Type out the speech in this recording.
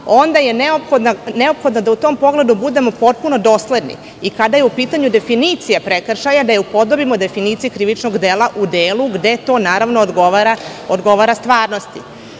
onda je neophodno da u tom pogledu budemo potpuno dosledni i kada je u pitanju definicija prekršaja da je upodobimo definiciji krivičnog dela u delu gde to naravno odgovara stvarnosti. Sa